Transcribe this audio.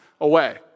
away